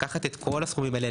לקחת את כל הסכומים האלה,